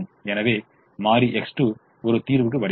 எனவே மாறி X2 ஒரு தீர்வுக்கு வருகிறது